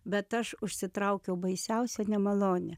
bet aš užsitraukiau baisiausią nemalonę